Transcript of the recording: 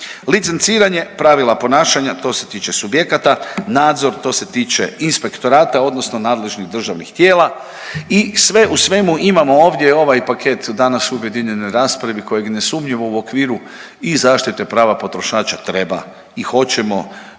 Licenciranje pravila ponašanja što se tiče subjekata, nadzor to se tiče inspektorata odnosno nadležnih državnih tijela i sve u svemu imamo ovdje ovaj paket danas u objedinjenoj raspravi kojeg nesumnjivo u okviru i zaštite prava potrošača treba i hoćemo